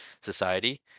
society